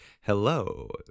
hello